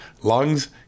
lungs